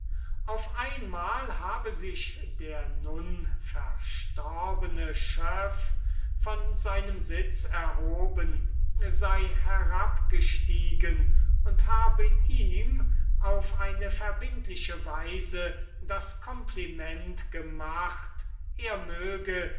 auf einmal habe sich der nun verstorbene schöff von seinem sitz erhoben sei herabgestiegen und habe ihm auf eine verbindliche weise das kompliment gemacht er möge